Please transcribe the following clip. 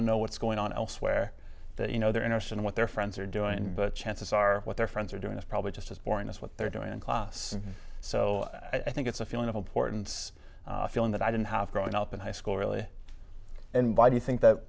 to know what's going on elsewhere that you know they're interested in what their friends are doing but chances are what their friends are doing is probably just as boring as what they're doing in class so i think it's a feeling of importance a feeling that i didn't have growing up in high school really and why do you think th